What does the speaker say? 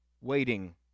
waiting